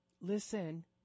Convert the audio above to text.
Listen